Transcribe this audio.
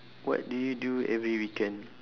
what do you do every weekend